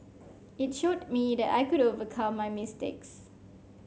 it showed me that I could overcome my mistakes